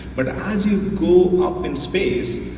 but as you go up in space,